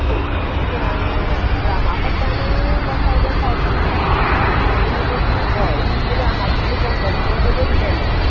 फेती ग्रामां फाटल्यान one thousand five hundred आतां तुमी कशीं होय कितली ग्रामाची तुमी करतलीं पळय तेजेर डिपॅंड आसा